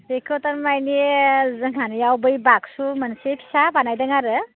बेखौ थारमाने जोंहानियाव बै बाकसु मोनसे फिसा बानायदों आरो